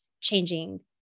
changing